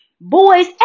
boys